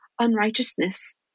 unrighteousness